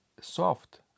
soft